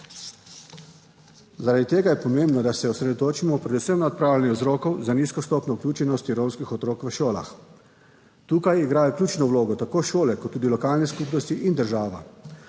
Zaradi tega je pomembno, da se osredotočimo predvsem na odpravljanje vzrokov za nizko stopnjo vključenosti romskih otrok v šolah. Tukaj igrajo ključno vlogo tako šole kot tudi lokalne skupnosti in država.